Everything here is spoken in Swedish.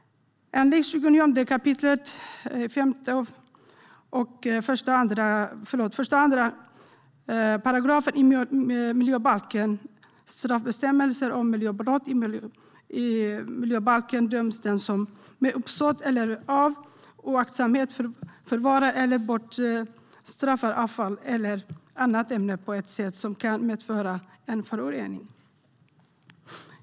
Enligt 29 kap. 1 § miljöbalken, med straffbestämmelser om miljöbrott, döms den som med uppsåt eller av oaktsamhet "förvarar eller bortskaffar avfall eller annat ämne på ett sätt som kan medföra en förorening .".